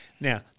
Now